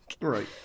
Right